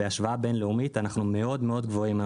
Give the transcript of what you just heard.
בהשוואה בין-לאומית אנחנו מאוד מאוד גבוהים.